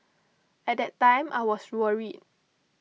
at that time I was worried